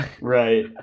Right